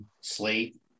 slate